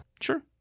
Sure